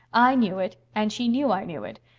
i knew it and she knew i knew it.